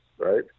Right